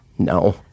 No